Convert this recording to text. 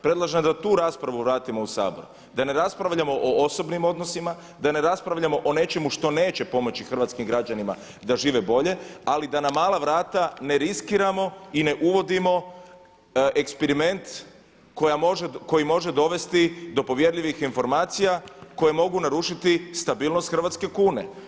Predlažem da tu raspravu vratimo u Sabor, da ne raspravljamo o osobnim odnosima, da ne raspravljamo o nečemu što neće pomoći hrvatskim građanima da žive bolje, ali da mala vrta ne riskiramo i ne uvodimo eksperiment koji može dovesti do povjerljivih informacija koje mogu narušiti stabilnost hrvatske kune.